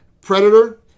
Predator